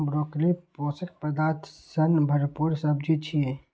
broccoli पोषक पदार्थ सं भरपूर सब्जी छियै